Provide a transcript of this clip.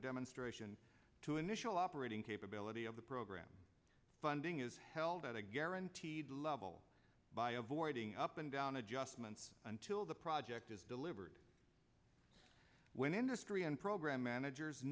demonstration to initial operating capability of the program funding is held at a guaranteed level by avoiding up and down adjustments until the project is delivered when industry and program managers